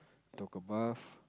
took a bath